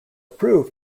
proved